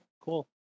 cool